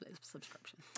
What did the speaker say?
subscription